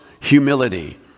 humility